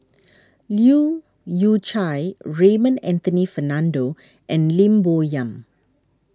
Leu Yew Chye Raymond Anthony Fernando and Lim Bo Yam